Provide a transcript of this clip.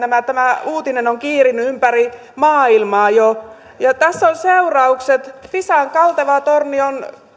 kuullut tämä uutinen on kiirinyt ympäri maailmaa jo ja tässä ovat seuraukset pisan kalteva torni on